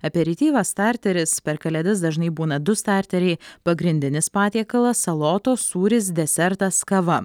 aperityvas starteris per kalėdas dažnai būna du starteriai pagrindinis patiekalas salotos sūris desertas kava